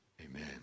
amen